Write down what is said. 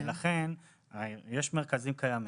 יש מרכזים קיימים,